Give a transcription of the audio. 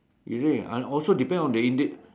is it and also depends on the indie